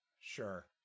sure